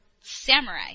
samurai